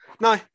No